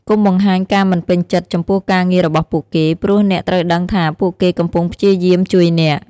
កុំបង្ហាញការមិនពេញចិត្ត ចំពោះការងាររបស់ពួកគេ ព្រោះអ្នកត្រូវដឹងថាពួកគេកំពុងព្យាយាមជួយអ្នក។